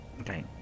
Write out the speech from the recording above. Okay